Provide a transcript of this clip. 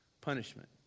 punishment